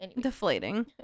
deflating